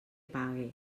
pague